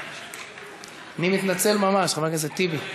אני מתנצל ממש, חבר הכנסת טיבי,